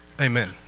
Amen